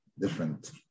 different